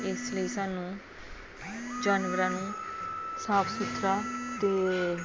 ਇਸ ਲਈ ਸਾਨੂੰ ਜਾਨਵਰਾਂ ਨੂੰ ਸਾਫ ਸੁਥਰਾ ਅਤੇ